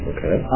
Okay